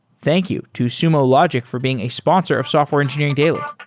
thank you to sumo logic for being a sponsor of software engineering daily